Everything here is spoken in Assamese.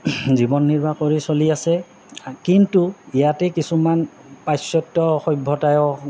জীৱন নিৰ্বাহ কৰি চলি আছে কিন্তু ইয়াতেই কিছুমান পাশ্চাত্য সভ্যতায়ক